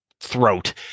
throat